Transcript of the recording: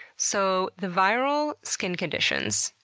so, the viral skin conditions,